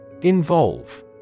Involve